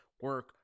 Work